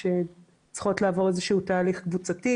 שצריכות לעבור איזשהו תהליך קבוצתי.